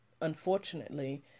Unfortunately